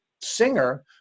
Singer